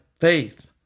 faith